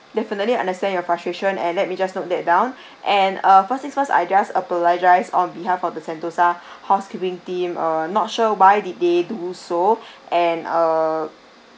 definitely understand your frustration and let me just note that down and uh first thing first I just apologise on behalf of the Sentosa housekeeping team uh not sure why did they do so and err